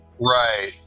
Right